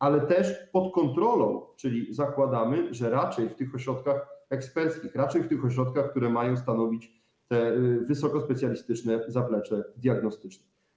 Ale też pod kontrolą, czyli zakładamy, że raczej w ośrodkach eksperckich, raczej w tych ośrodkach, które mają stanowić wysokospecjalistyczne zaplecze diagnostyczne.